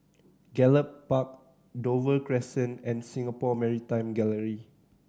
Gallop Park Dover Crescent and Singapore Maritime Gallery